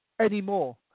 anymore